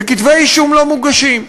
וכתבי-אישום לא מוגשים.